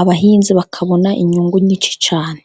abahinzi bakabona inyungu nyinshi cyane.